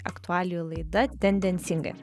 aktualijų laida tendencingai